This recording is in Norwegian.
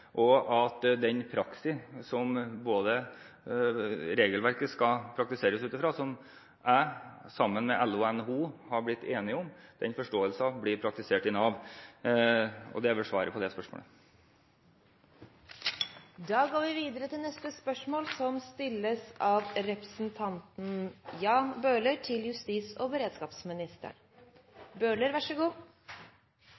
og at den forståelsen som regelverket skal praktiseres ut fra – som jeg sammen med LO og NHO har blitt enige om – blir praktisert i Nav. Det er svaret på det spørsmålet. Jeg vil gjerne stille følgende spørsmål til justis- og beredskapsministeren: